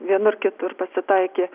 vienur kitur pasitaikė